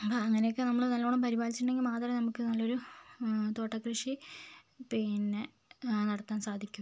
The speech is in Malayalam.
അങ്ങനെയൊക്കെ നമ്മൾ നല്ലവണ്ണം പരിപാലിച്ചിട്ടുണ്ടെങ്കിൽ മാത്രമേ നമുക്ക് നല്ലൊരു തോട്ടക്കൃഷി പിന്നെ നടത്താൻ സാധിക്കൂ